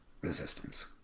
resistance